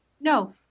no